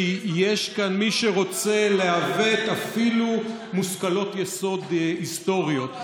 כי יש כאן מי שרוצה לעוות אפילו מושכלות יסוד היסטוריות.